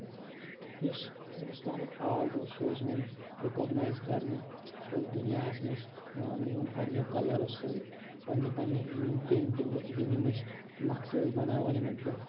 یُس ہِندُستانُک آرٹ اوس سُہ اوس یِوان رکاگنایز کرنہٕ فُل دُنیاہَس منٛز ماننہٕ یِوان پَنٕنٮ۪و کَلرو سۭتۍ پَنٕنہِ پَںٕنہِ یِم یِم پینٹنٛگ یِم یِم أسۍ نَقشہٕ ٲسۍ بَناوان یِمن پٮ۪ٹھ